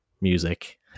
music